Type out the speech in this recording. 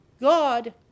God